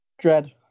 Dread